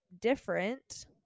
different